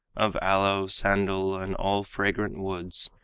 of aloe, sandal, and all fragrant woods,